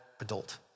adult